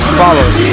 follows